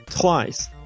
twice